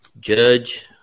judge